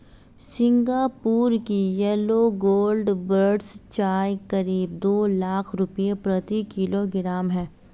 Singapore की yellow gold buds चाय करीब दो लाख रुपए प्रति किलोग्राम है